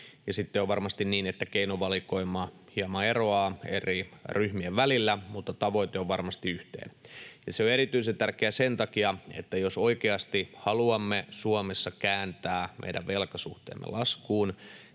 sitten on varmasti niin, että keinovalikoima hieman eroaa eri ryhmien välillä, mutta tavoite on varmasti yhteinen. Ja se on erityisen tärkeää sen takia, että jos oikeasti haluamme Suomessa kääntää meidän velkasuhteemme laskuun,